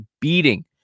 beating